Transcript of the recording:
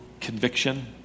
conviction